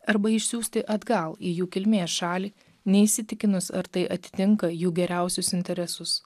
arba išsiųsti atgal į jų kilmės šalį neįsitikinus ar tai atitinka jų geriausius interesus